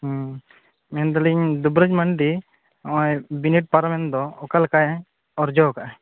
ᱢᱮᱱ ᱮᱫᱟ ᱞᱤᱧ ᱫᱩᱵᱩᱨᱟᱡ ᱢᱟᱱᱰᱤ ᱱᱚᱜ ᱚᱭ ᱵᱤᱱᱤᱰ ᱯᱟᱨᱚᱢᱮᱱ ᱫᱚ ᱚᱠᱟ ᱞᱮᱠᱟ ᱚᱨᱡᱚ ᱟᱠᱟᱜᱼᱟ